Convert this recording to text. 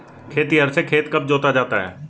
खेतिहर से खेत कब जोता जाता है?